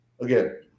again